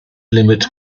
limit